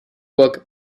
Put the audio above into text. book